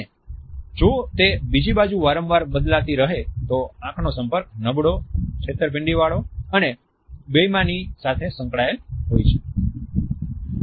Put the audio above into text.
અને જો તે બીજી બાજુ વારંવાર બદલાતી રહે તો આંખનો સંપર્ક નબળો છેતરપિંડી વાળો અને બેઈમાની સાથે સંકળાયેલ હોય છે